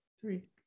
three